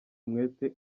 umwete